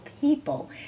people